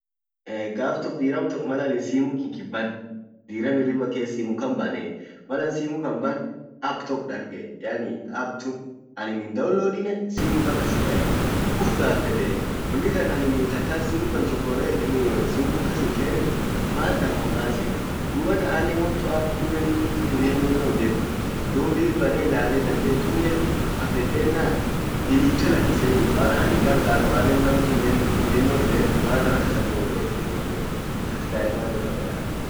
gaf tok diiram malanin simu kinki ban diram hirriba kee simu kan bane malan simu kan ban app tok darge yaani app tun anin hindaunlodine simum kan kasitdarge ufgafeddee wonni kan anin katakka simu kan chokore simu kan kashinkenne mantarmam basee dubatan anne wontun app tunnen tumennone himbekuu dubii bane ilale dande hintumedu kafeddennan delete lakkiseyyu maana aninqarqaru annennam tumienno himbeen kaskae maan irra fedaa